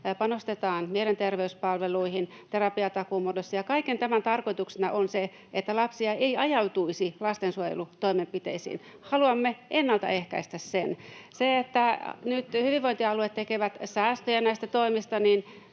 panostetaan mielenterveyspalveluihin terapiatakuun muodossa, ja kaiken tämän tarkoituksena on se, että lapsia ei ajautuisi lastensuojelutoimenpiteisiin. [Sofia Virta: Tapahtuuko näin?] Haluamme ennaltaehkäistä sen. Nyt hyvinvointialueet tekevät säästöjä näistä toimista,